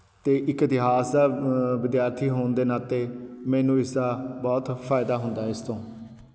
ਅਤੇ ਇੱਕ ਇਤਿਹਾਸ ਦਾ ਵਿਦਿਆਰਥੀ ਹੋਣ ਦੇ ਨਾਤੇ ਮੈਨੂੰ ਇਸਦਾ ਬਹੁਤ ਫਾਇਦਾ ਹੁੰਦਾ ਹੈ ਇਸ ਤੋਂ